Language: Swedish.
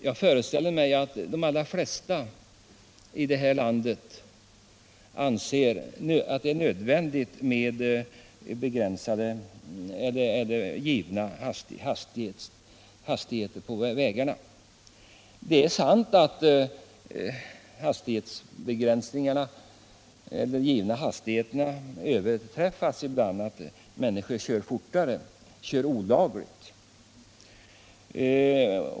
Jag föreställer mig att de allra flesta i det här landet anser att det är nödvändigt med begränsade hastigheter på vägarna. Det är sant att hastighetsbegränsningarna överträds ibland, att människor kör fortare — alltså olagligt.